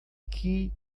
aqui